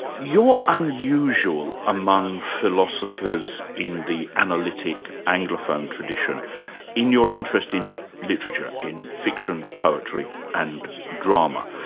you're unusual among philosophers in the analytic anglophone tradition in your interest in literature, in fiction, poetry and drama.